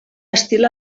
estil